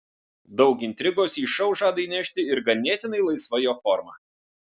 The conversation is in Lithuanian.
daug intrigos į šou žada įnešti ir ganėtinai laisva jo forma